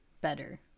better